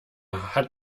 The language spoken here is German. hat